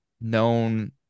known